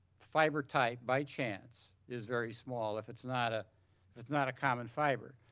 fiber type by chance is very small. if it's not ah it's not a common fiber.